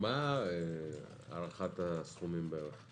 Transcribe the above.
מה הערכת הסכומים בערך?